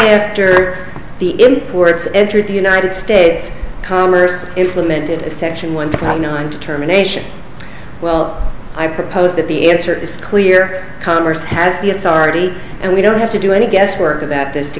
after the imp words entered the united states commerce implemented section one point nine terminations well i proposed that the answer is clear congress has the authority and we don't have to do any guesswork about this to